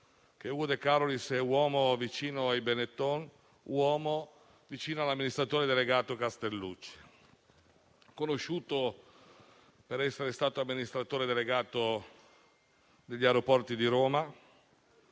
che Ugo de Carolis è uomo vicino ai Benetton e all'amministratore delegato Castellucci. È conosciuto per essere stato amministratore delegato di Aeroporti di Roma